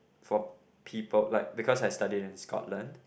for people like because I studied in Scotland